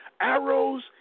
arrows